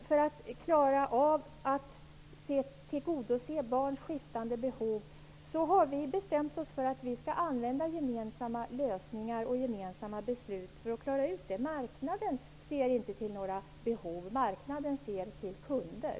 För att klara av att tillgodose barnens skiftande behov har vi bestämt oss för att använda gemensamma lösningar och beslut. Marknaden ser inte till några behov. Marknaden ser till kunder.